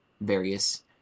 various